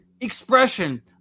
expression